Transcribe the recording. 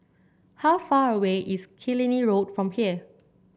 how far away is Killiney Road from here